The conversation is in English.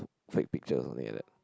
fake picture or something like that